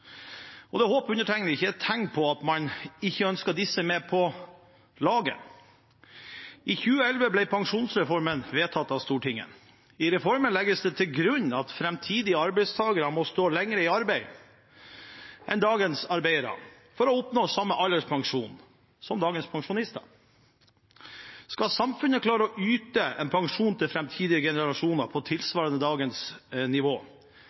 Det håper undertegnede ikke er et tegn på at man ikke ønsker disse med på laget. I 2011 ble pensjonsreformen vedtatt av Stortinget. I reformen legges det til grunn at framtidige arbeidstakere må stå lenger i arbeid enn dagens arbeidere for å oppnå samme alderspensjon som dagens pensjonister. Skal samfunnet klare å yte en pensjon til framtidige generasjoner som tilsvarer dagens nivå,